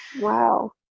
Wow